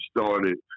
started